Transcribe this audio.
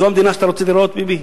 זו המדינה שאתה רוצה לראות, ביבי?